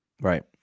Right